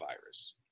virus